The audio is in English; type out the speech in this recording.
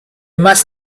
must